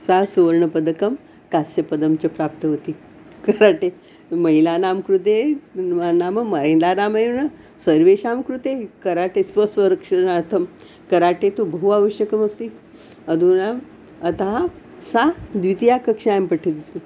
सा सुवर्णपदकं कास्यपदकं च प्राप्तवती कराटे महिलानां कृते नाम महिलानां सर्वेषां कृते कराटे स्व स्वरक्षणार्थं कराटे तु बहु आवश्यकमस्ति अधुना अतः सा द्वितीय कक्षायां पठति स्म